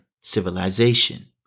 civilization